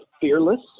fearless